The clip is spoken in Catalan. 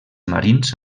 marins